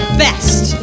best